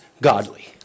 godly